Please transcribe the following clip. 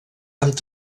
amb